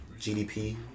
GDP